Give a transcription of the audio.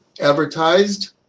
advertised